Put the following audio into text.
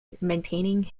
maintaining